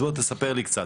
אז בוא תספר לי קצת,